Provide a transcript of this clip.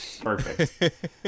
Perfect